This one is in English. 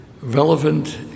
relevant